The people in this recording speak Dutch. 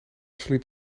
sliep